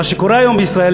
מה שקורה היום בישראל,